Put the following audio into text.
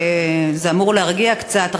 זה אמור להרגיע קצת.